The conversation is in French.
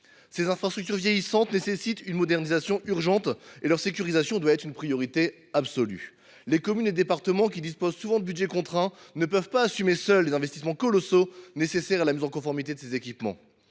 Les infrastructures vieillissantes nécessitent pourtant une modernisation urgente et leur sécurisation doit être une priorité absolue. Les communes et départements, qui disposent souvent de budgets contraints, ne peuvent pas assumer seuls les investissements colossaux nécessaires à la mise en conformité de ces équipements.